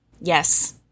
Yes